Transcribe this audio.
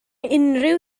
unrhyw